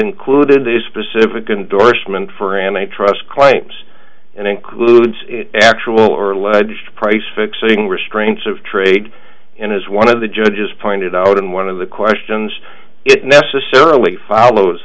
included this specific indorsement for and i trust claims and includes actual or alleged price fixing restraint of trade and as one of the judges pointed out in one of the questions it necessarily follows